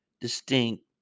distinct